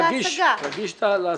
להגיש את ההשגה.